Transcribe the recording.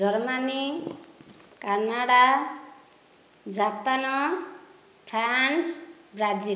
Germany Canada Japan France Brazil